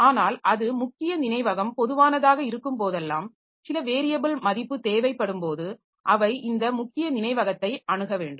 ஆனால் அது முக்கிய நினைவகம் பாெதுவானதாக இருக்கும்போதெல்லாம் சில வேரியபில் மதிப்பு தேவைப்படும்போது அவை இந்த முக்கிய நினைவகத்தை அணுக வேண்டும்